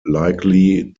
likely